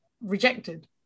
rejected